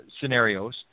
scenarios